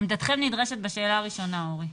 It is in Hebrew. אורי, עמדתכם נדרשת בשאלה הראשונה.